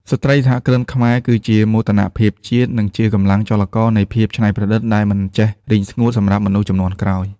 ស្ត្រីសហគ្រិនខ្មែរគឺជាមោទនភាពជាតិ និងជាកម្លាំងចលករនៃភាពច្នៃប្រឌិតដែលមិនចេះរីងស្ងួតសម្រាប់មនុស្សជំនាន់ក្រោយ។